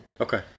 Okay